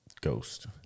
Ghost